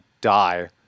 die